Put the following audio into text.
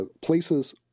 places